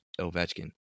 Ovechkin